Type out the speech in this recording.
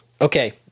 okay